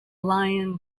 lion